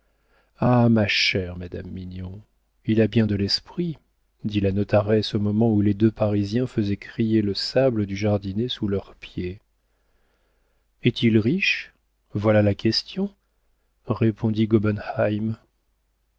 ah ma chère madame mignon il a bien de l'esprit dit la notaresse au moment où les deux parisiens faisaient crier le sable du jardinet sous leurs pieds est-il riche voilà la question répondit